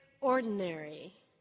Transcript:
ordinary